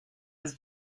est